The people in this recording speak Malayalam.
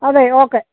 അതെ ഓക്കെ